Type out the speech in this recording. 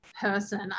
person